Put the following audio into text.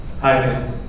Hi